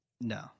No